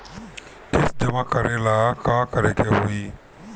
किस्त जमा करे ला का करे के होई?